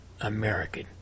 American